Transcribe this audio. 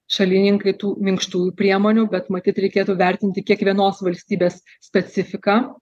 šalininkai tų minkštųjų priemonių bet matyt reikėtų vertinti kiekvienos valstybės specifiką